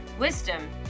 wisdom